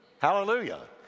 Hallelujah